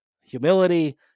humility